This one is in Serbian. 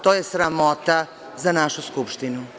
To je sramota za našu Skupštinu.